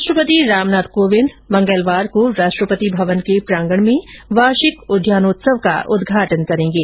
राष्ट्रपति रामनाथ कोविंद मंगलवार को राष्ट्रपति भवन के प्रागण में वार्षिक उद्यानोत्सव का उद्याटन करेंगे